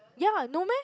ya no meh